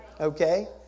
Okay